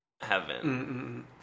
heaven